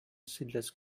seedless